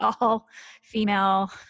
all-female